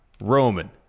Roman